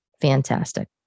Fantastic